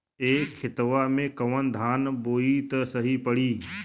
ए खेतवा मे कवन धान बोइब त सही पड़ी?